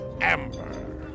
Amber